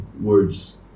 words